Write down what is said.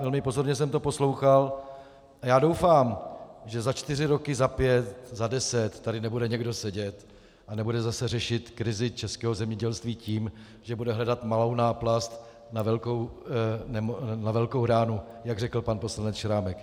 Velmi pozorně jsem to poslouchal a doufám, že za čtyři roky, za pět, za deset tady nebude někdo sedět a nebude zase řešit krizi českého zemědělství tím, že bude hledat malou náplast na velkou ránu, jak řekl pan poslanec Šrámek.